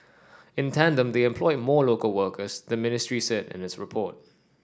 in tandem they employed more local workers the ministry said in its report